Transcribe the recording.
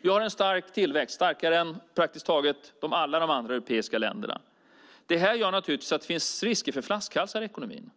Vi har en stark tillväxt, starkare än praktiskt taget alla andra europeiska länder. Det gör naturligtvis att det finns risk för flaskhalsar i ekonomin.